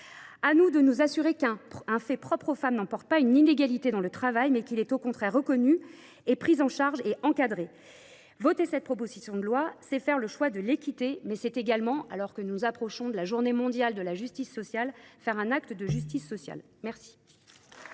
À nous de nous assurer qu’un fait propre aux femmes n’emporte pas une inégalité dans le travail, mais qu’il est au contraire reconnu, pris en charge et encadré. Voter cette proposition de loi, c’est choisir l’équité, mais c’est également, alors que nous approchons de la journée mondiale de la justice sociale, faire un acte de justice sociale. La